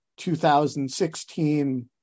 2016